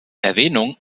erwähnung